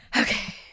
Okay